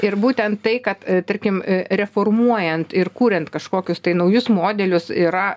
ir būtent tai kad tarkim reformuojant ir kuriant kažkokius tai naujus modelius yra